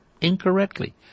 incorrectly